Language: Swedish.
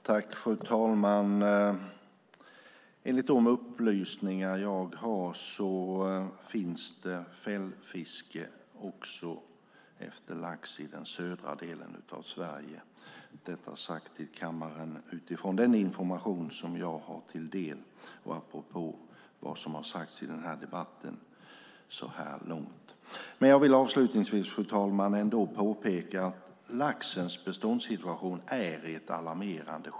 Fru talman! Enligt de upplysningar jag har finns det fällfiske efter lax också i södra delen av Sverige. Detta säger jag till kammaren utifrån den information som jag har fått mig till del och apropå det som har sagts i debatten så här långt. Jag vill avslutningsvis, fru talman, ändå påpeka att laxens beståndssituation är alarmerande.